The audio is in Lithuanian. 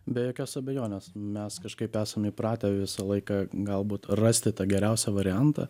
be jokios abejonės mes kažkaip esame įpratę visą laiką galbūt rasti tą geriausią variantą